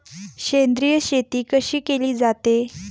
सेंद्रिय शेती कशी केली जाते?